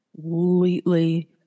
completely